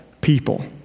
people